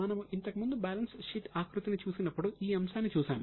మనము ఇంతకుముందు balance sheet ఆకృతిని చూసినప్పుడు ఈ అంశాన్ని చూశాము